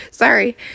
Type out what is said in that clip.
Sorry